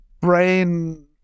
brain